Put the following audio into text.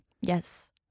Yes